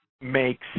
makes